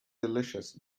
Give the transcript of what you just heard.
delicious